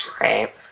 right